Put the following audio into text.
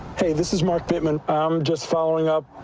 hey, this is mark bittman. i'm just following up,